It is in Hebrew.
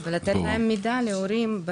ולתת מידע להורים,